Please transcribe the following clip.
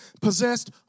possessed